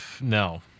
No